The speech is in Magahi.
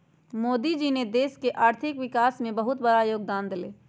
मोदी जी ने देश के आर्थिक विकास में बहुत बड़ा योगदान देलय